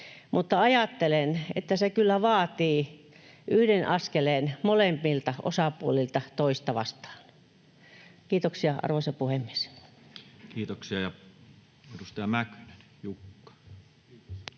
ajattelen, että se kyllä vaatii yhden askeleen molemmilta osapuolilta toista vastaan. — Kiitoksia, arvoisa puhemies. [Speech